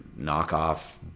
knockoff